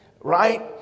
right